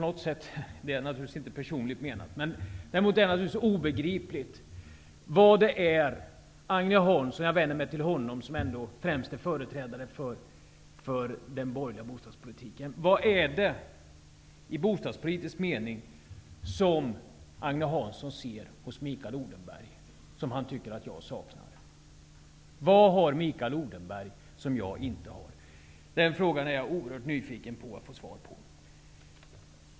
Det här är naturligtvis inte personligt menat. Det är däremot naturligtvis obegripligt vad det är Agne Hansson -- han är ändå den främste företrädaren för den borgerliga bostadspolitiken -- i bostadspo litisk mening ser hos Mikael Odenberg och som han tycker att jag saknar. Vad har Mikael Oden berg som jag inte har? Den frågan är jag oerhört nyfiken att få svar på.